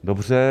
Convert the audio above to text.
Dobře.